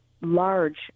large